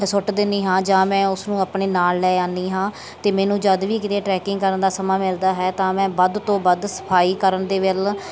ਸੁੱਟ ਦਿੰਦੀ ਹਾਂ ਜਾਂ ਮੈਂ ਉਸਨੂੰ ਆਪਣੇ ਨਾਲ ਲੈ ਆਉਂਦੀ ਹਾਂ ਅਤੇ ਮੈਨੂੰ ਜਦ ਵੀ ਕਿਤੇ ਟਰੈਕਿੰਗ ਕਰਨ ਦਾ ਸਮਾਂ ਮਿਲਦਾ ਹੈ ਤਾਂ ਮੈਂ ਵੱਧ ਤੋਂ ਵੱਧ ਸਫਾਈ ਕਰਨ ਦੇ ਵੱਲ